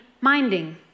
minding